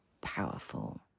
powerful